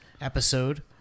episode